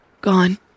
Gone